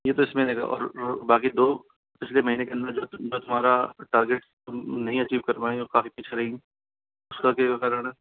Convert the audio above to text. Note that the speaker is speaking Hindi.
ये तो इसमें रहेगा और बाकी दो पिछले महीने के अंदर तुम्हारा टारगेट तुम नहीं अचीव कर पाई काफ़ी पीछे रही उसका क्या क्या कारण है